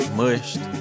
mushed